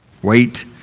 wait